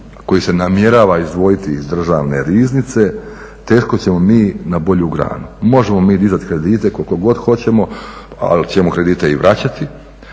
koji se namjerava izdvojiti iz Državne riznice, teško ćemo mi na bolju granu. Možemo mi dizati kredite koliko god hoćemo ali ćemo kredite i vraćati,